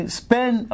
spend